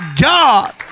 God